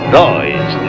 noise